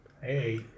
hey